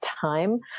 time